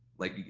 like,